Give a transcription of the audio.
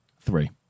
Three